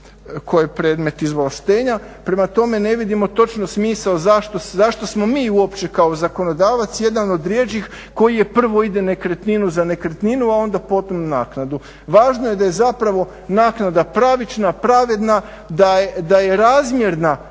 koja je predmet izvlaštenja. Prema tome, ne vidimo točno smisao zašto smo mi uopće kao zakonodavac jedan od rjeđih koji je prvo, ide nekretninu za nekretninu a onda potom naknadu. Važno je da je zapravo naknada pravična, pravedna, da je razmjerna